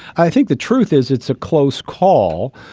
i think the truth is it's a close call,